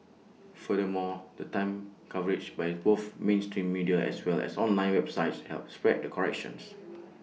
furthermore the timely coverage by both mainstream media as well as online websites help spread the corrections